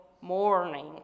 morning